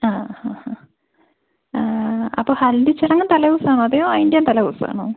ആ ആ ആ ആ അപ്പോൾ ഹൽദി ചടങ്ങ് തലേ ദിവസം ആണോ അതെയോ അതിൻ്റെയും തലേ ദിവസം ആണോ